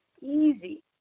easy